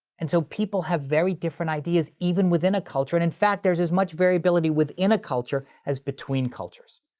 and so people have very different ideas even within a culture, and in fact, there's as much variability within a culture as between cultures.